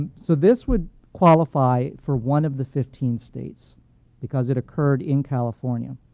ah so this would qualify for one of the fifteen states because it occurred in california.